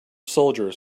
soldiers